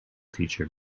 teacher